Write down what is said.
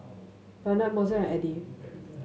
Barnett Mozell and Eddy